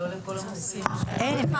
אין.